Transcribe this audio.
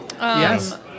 Yes